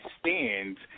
stands